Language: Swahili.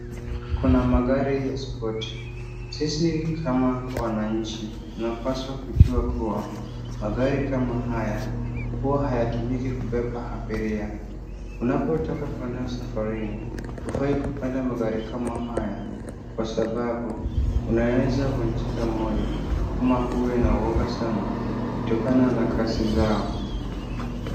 Kuna magari ya spoti. Sisi kama wananchi tunapaswa kujua kuwa magari kama haya huwa hayatumiki kubeba abiria .Unapotaka kuenda safarini hufai kupanda magari kama haya, kwa sababu unaeza vunjika moyo ama uwe na uoga sana kutokana na kasi zao.